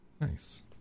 Nice